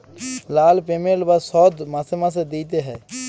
লল পেমেল্ট বা শধ মাসে মাসে দিইতে হ্যয়